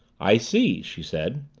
i see, she said.